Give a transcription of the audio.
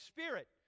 Spirit